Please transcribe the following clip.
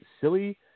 silly